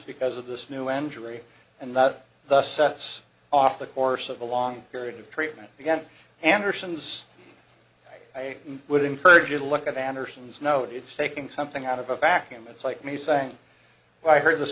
because of this new andrea and that the sets off the course of a long period of treatment began andersen's i would encourage you to look at anderson's note it's taking something out of a vacuum it's like me saying i heard this